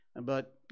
But